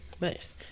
Nice